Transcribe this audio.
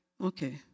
Okay